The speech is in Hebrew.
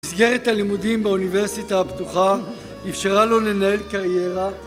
מסגרת הלימודים באוניברסיטה הפתוחה, אפשרה לו לנהל קריירה